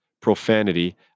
profanity